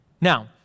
Now